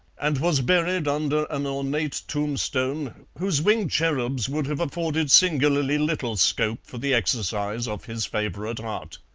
and was buried under an ornate tombstone, whose winged cherubs would have afforded singularly little scope for the exercise of his favourite art.